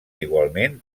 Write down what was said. igualment